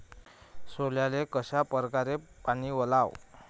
सोल्याले कशा परकारे पानी वलाव?